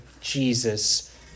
Jesus